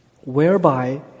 whereby